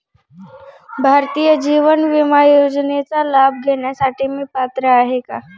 भारतीय जीवन विमा योजनेचा लाभ घेण्यासाठी मी पात्र आहे का?